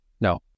No